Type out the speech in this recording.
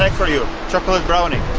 like for you chocolate brownie